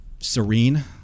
Serene